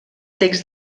text